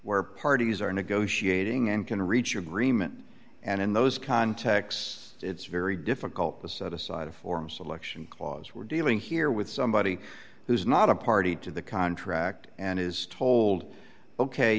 where parties are negotiating and can reach agreement and in those contexts it's very difficult to set aside a form selection clause we're dealing here with somebody who's not a party to the contract and is told ok